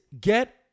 get